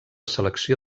selecció